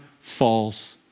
false